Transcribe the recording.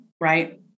right